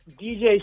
DJ